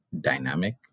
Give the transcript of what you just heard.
dynamic